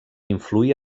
influir